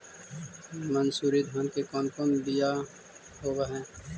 मनसूरी धान के कौन कौन बियाह होव हैं?